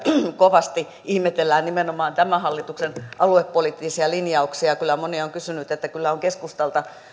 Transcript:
kovasti ihmetellään nimenomaan tämän hallituksen aluepoliittisia linjauksia kyllä moni on sanonut että kyllä ovat keskustalta